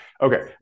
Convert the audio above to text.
Okay